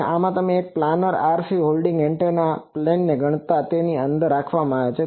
તો આમાં આ એક પ્લાનર છે RC લોડિંગ એન્ટેનામાં પ્લેન ને ગણતા તેની અંદર જ રાખવામાં આવે છે